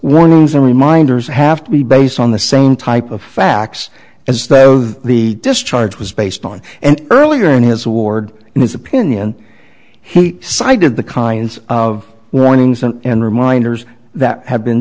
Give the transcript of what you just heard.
warnings are reminders have to be based on the same type of facts as though the discharge was based on and earlier in his ward in his opinion he cited the kinds of warnings and reminders that have been